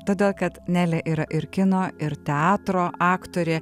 todėl kad nelė yra ir kino ir teatro aktorė